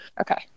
Okay